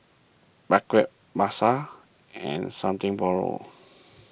Mackays Pasar and Something Borrowed